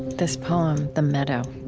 this poem, the meadow,